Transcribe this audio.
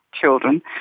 children